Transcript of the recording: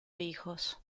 hijos